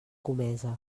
comesa